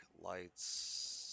lights